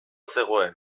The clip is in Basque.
zegoen